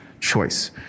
choice